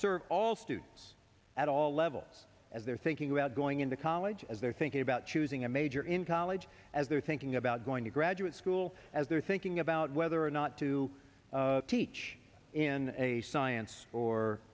serve all students at all levels as they're thinking about going into college as they're thinking about choosing a major in college as they're thinking about going to graduate school as they're thinking about whether or not to teach in a science or